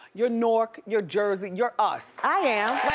you're nork, you're jersey, you're us. i am. i